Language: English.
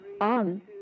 on